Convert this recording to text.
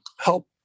help